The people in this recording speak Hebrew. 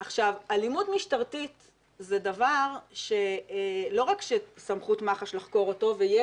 אלימות משטרתית זה דבר שלא רק שסמכות מח"ש לחקור אותו ויהיה